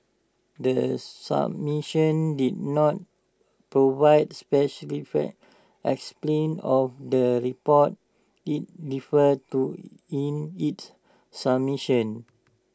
the submission did not provide explain of the reports IT referred to in its submission